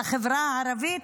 לחברה הערבית,